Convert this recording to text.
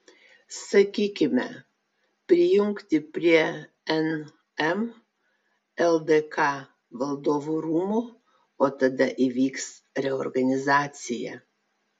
sakykime prijungti prie nm ldk valdovų rūmų o tada įvyks reorganizacija